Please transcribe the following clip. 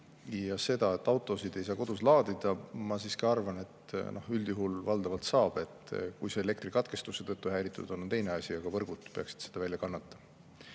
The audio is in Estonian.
Ja see, et autosid ei saa kodus laadida – ma siiski arvan, et üldjuhul valdavalt saab. Kui see elektrikatkestuse tõttu häiritud on, siis on teine asi, aga võrgud peaksid selle välja kannatama.